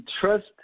trust